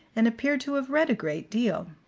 and appeared to have read a great deal.